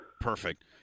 Perfect